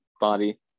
body